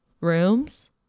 rooms